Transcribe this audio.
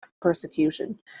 persecution